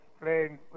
playing